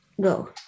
Go